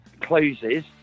closes